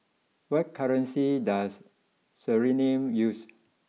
what currency does Suriname use